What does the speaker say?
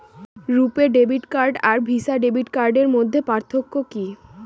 রূপে debit card আর Visa debit কার্ডের মধ্যে পার্থক্য কি?